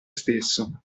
stesso